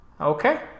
Okay